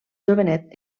jovenet